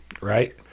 right